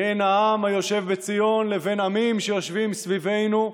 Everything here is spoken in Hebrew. בין העם היושב בציון לבין עמים שיושבים סביבנו,